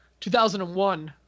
2001